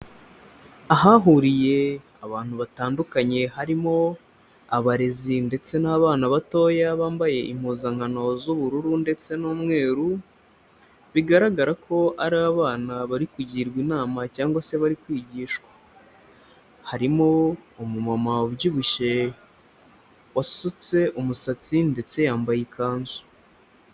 Ahahuriye abantu batandukanye harimo abarezi ndetse n'abana batoya bambaye impuzankano z'ubururu ndetse n'umweru, bigaragara ko ari abana bari kugirwa inama cyangwa se bari kwigishwa. Harimo umumama ubyibushye wasutse umusatsi ndetse yambaye ikanzu.